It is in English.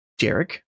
Jarek